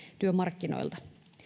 työmarkkinoilta